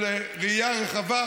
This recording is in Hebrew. של ראייה רחבה,